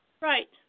Right